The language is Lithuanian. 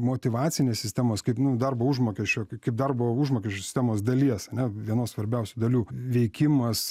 motyvacinės sistemos kaip nu darbo užmokesčio kaip darbo užmokesčio sistemos dalies ane vienos svarbiausių dalių veikimas